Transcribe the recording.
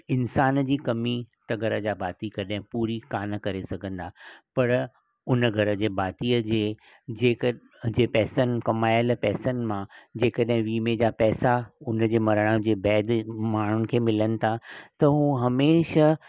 इंसान जी कमी त घर जा भाती कॾहिं पूरी न करे सघंदा पर हुन घर जे भातीअ जे कजे पैसनि कमायल पैसनि मां जे कॾहिं विमे जा पैसा हुनजे मरण जे बैद माण्हुनि खे मिलनि था त उहो हमेशह